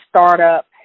Startup